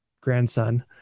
grandson